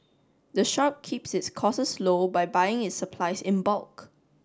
the shop keeps its costs low by buying its supplies in bulk